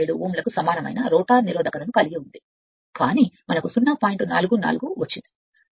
07 ఓంల సమానమైన రోటర్ నిరోధకతను కలిగి ఉంది కాని మనకు 0